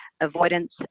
avoidance